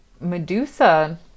Medusa